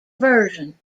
version